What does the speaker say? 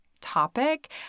topic